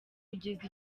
kugeza